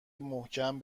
محکم